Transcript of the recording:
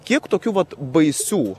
kiek tokių vat baisių